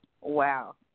Wow